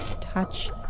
Touch